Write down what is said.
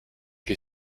che